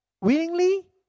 willingly